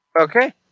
Okay